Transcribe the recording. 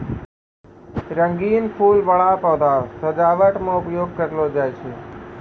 रंगीन फूल बड़ा पौधा सजावट मे उपयोग करलो जाय छै